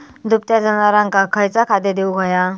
दुभत्या जनावरांका खयचा खाद्य देऊक व्हया?